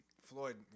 Floyd